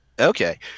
Okay